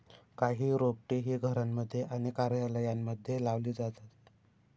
काही रोपटे ही घरांमध्ये आणि कार्यालयांमध्ये लावली जातात